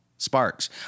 Sparks